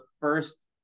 first